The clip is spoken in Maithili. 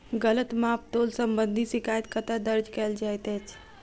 गलत माप तोल संबंधी शिकायत कतह दर्ज कैल जाइत अछि?